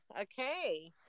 okay